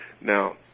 Now